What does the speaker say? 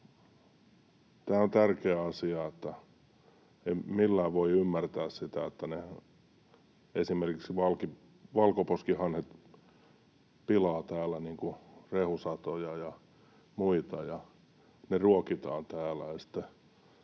Tämä on tärkeä asia. En millään voi ymmärtää sitä, että esimerkiksi valkoposkihanhet pilaavat täällä rehusatoja ja muita ja ne ruokitaan täällä